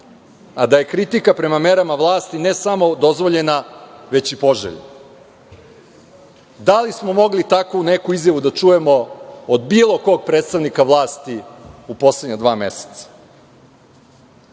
a da je kritika prema merama vlasti ne samo dozvoljena već i poželjna. Da li smo mogli takvu neku izjavu da čujemo od bilo kog predstavnika vlasti u poslednja dva meseca? Danas